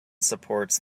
supports